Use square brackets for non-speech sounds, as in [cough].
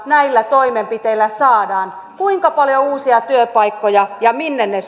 näillä toimenpiteillä saadaan kuinka paljon uusia työpaikkoja ja minne ne [unintelligible]